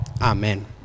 Amen